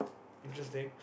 interesting